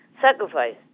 sacrifice